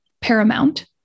paramount